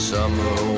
Summer